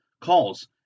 calls